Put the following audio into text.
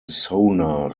sonar